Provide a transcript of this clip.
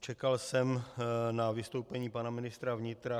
Čekal jsem na vystoupení pana ministra vnitra.